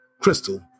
Crystal